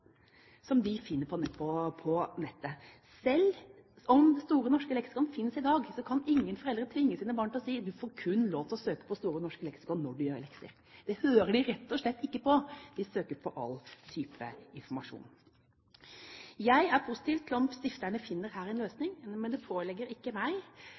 som de finner på nettet. Selv om Store norske leksikon finnes i dag, kan ingen foreldre tvinge sine barn til å si: Du får kun lov til å søke på Store norske leksikon når du gjør lekser! Det hører de rett og slett ikke på; de søker på alle typer informasjonskilder. Jeg er positiv dersom stifterne finner en løsning her, men det påhviler ikke meg